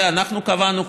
זה אנחנו קבענו,